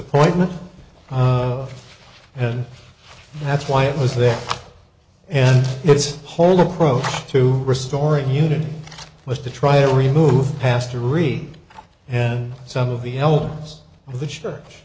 appointment of and that's why it was there and its whole approach to restoring unity was to try to remove the past to read and some of the elders of the church